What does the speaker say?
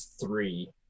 three